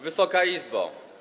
Wysoka Izbo!